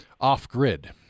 off-grid